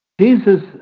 Jesus